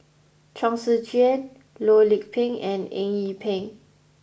Chong Tze Chien Loh Lik Peng and Eng Yee Peng